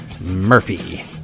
Murphy